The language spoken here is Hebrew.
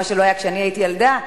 מה שלא היה כשאני הייתי ילדה.